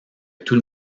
tout